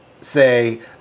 say